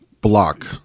block